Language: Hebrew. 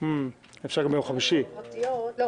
להצעות חוק פרטיות אבל